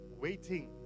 waiting